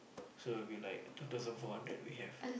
so it will be like two thousand four hundred we have